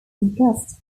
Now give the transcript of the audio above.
guest